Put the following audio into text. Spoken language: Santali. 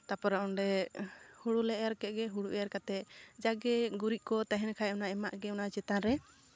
ᱛᱟᱨᱯᱚᱨᱮ ᱚᱸᱰᱮ ᱦᱩᱲᱩᱞᱮ ᱮᱨ ᱠᱮᱫᱜᱮ ᱦᱩᱲᱩ ᱮᱨ ᱠᱟᱛᱮᱜ ᱡᱟᱠ ᱜᱮ ᱜᱩᱨᱤᱡ ᱠᱚ ᱛᱟᱦᱮᱱ ᱠᱷᱟᱡ ᱚᱱᱟ ᱮᱢᱟᱜ ᱜᱮ ᱚᱱᱟ ᱪᱮᱛᱟᱱ ᱨᱮ